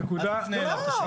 אל תפנה אליו.